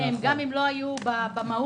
גם אם לא היו במהות.